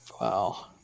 Wow